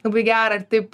labai gera ir taip